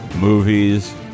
movies